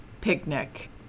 picnic